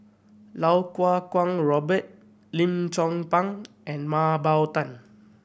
Lau Kuo Kwong Robert Lim Chong Pang and Mah Bow Tan